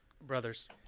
Brothers